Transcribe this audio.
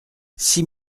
six